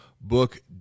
book